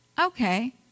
Okay